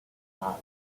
cause